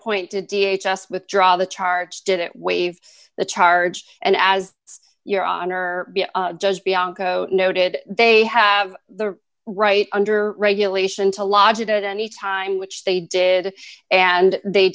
point to d h s withdraw the charge did it waive the charge and as it's your honor judge bianco noted they have the right under regulation to lodge it any time which they did and they